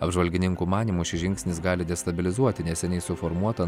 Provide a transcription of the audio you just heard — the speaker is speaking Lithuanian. apžvalgininkų manymu šis žingsnis gali destabilizuoti neseniai suformuotą